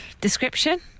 Description